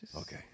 Okay